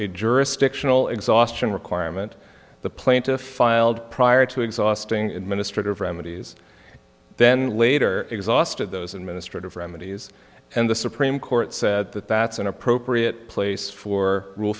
a jurisdictional exhaustion requirement the plaintiff filed prior to exhausting administrative remedies then later exhausted those administrative remedies and the supreme court said that that's an appropriate place for r